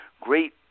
great